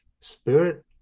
spirit